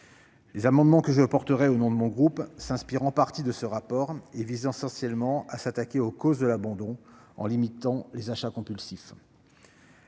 Les amendements que je défendrai au nom de mon groupe s'inspirent en partie de ce rapport et visent essentiellement à s'attaquer aux causes de l'abandon, en limitant les achats compulsifs.